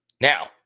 Now